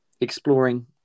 Exploring